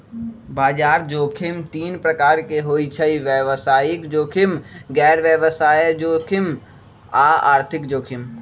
बजार जोखिम तीन प्रकार के होइ छइ व्यवसायिक जोखिम, गैर व्यवसाय जोखिम आऽ आर्थिक जोखिम